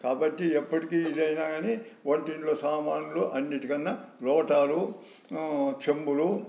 కాబట్టి ఎప్పటికి ఇదేనా కానీ వంటింట్లో సామానులు అన్నింటి కన్నా లోటాలు చెంబులు